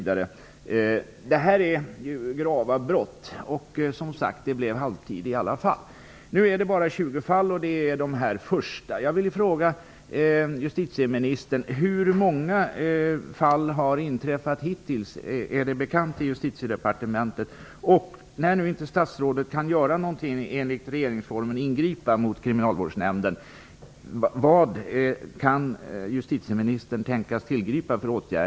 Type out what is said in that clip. Det är fråga om grova brott, men det blir halvtid i alla fall. Det är alltså fråga om de 20 först prövade fallen. Kriminalvårdsnämnden?